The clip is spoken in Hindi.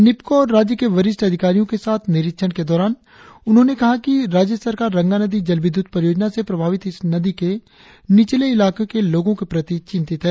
निपको और राज्य के वरिष्ठ अधिकारियों के साथ निरीक्षण के दौरान उन्होंने कहा कि राज्य सरकार रंगानदी जल विद्युत परियोजना से प्रभावित इस नदी के निचले इलाकों के लोगों के प्रति चिंतित हैं